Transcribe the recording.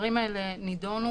הדברים האלה נידונו.